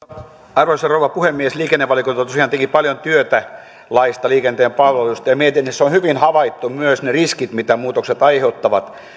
arvoisa rouva puhemies liikennevaliokunta tosiaan teki paljon työtä laeissa liikenteen palveluista ja mietinnössä on hyvin havaittu myös ne riskit mitä muutokset aiheuttavat